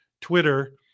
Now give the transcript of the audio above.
Twitter